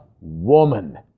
woman